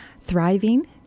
Thriving